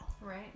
Right